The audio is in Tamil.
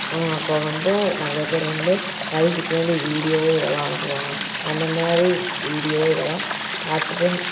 இப்போ வந்து நிறையா பேர் வந்து வயசுக்கு மீறி வீடியோ இதெல்லாம் அனுப்புவாங்க அந்த மாதிரி வீடியோ இதெல்லாம் பார்த்துட்டு